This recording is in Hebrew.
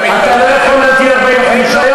אתה לא יכול להמתין 45 יום?